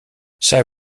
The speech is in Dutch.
zij